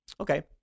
Okay